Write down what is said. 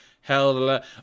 Hell